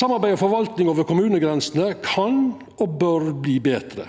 Samarbeid og forvaltning over kommunegrensene kan og bør verta betre.